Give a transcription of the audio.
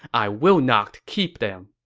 i will not keep them.